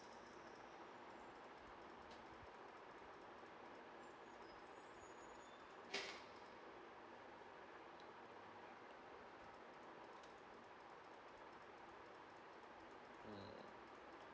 mm